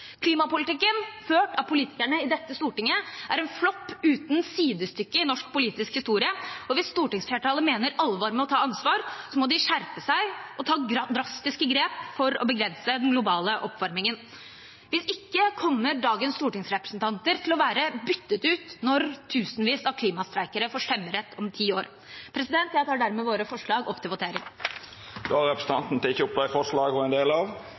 Klimapolitikken ført av politikerne i dette stortinget er en flopp uten sidestykke i norsk politisk historie, og hvis stortingsflertallet mener alvor med å ta ansvar, må de skjerpe seg og ta drastiske grep for å begrense den globale oppvarmingen. Hvis ikke kommer dagens stortingsrepresentanter til å være byttet ut når tusenvis av klimastreikere får stemmerett om ti år. Jeg tar dermed våre forslag opp til votering. Representanten Hulda Holtvedt har teke opp